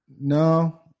no